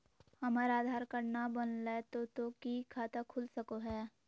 हमर आधार कार्ड न बनलै तो तो की खाता खुल सको है?